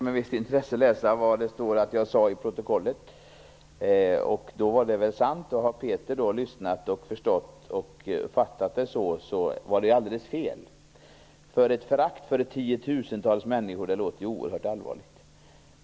Fru talman! Jag skall med visst intresse läsa i protokollet vad det står att jag sade. Kanske är det sant, och kanske har Peter Eriksson lyssnat och förstått det så. Men det är alldeles fel. Ett förakt för tiotusentals människor låter oerhört allvarligt.